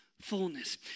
fullness